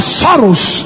sorrows